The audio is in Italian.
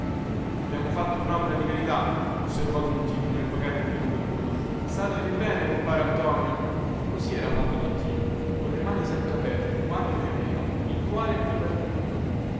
abbiamo fatto unopera di carità osservò don tinu nel pagare il vino bevuto statevi bene compare antonio così era fatto don tinu colle mani sempre aperte quando ne aveva e il cuore più aperto ancora